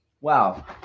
Wow